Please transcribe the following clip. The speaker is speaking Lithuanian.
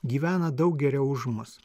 gyvena daug geriau už mus